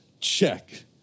Check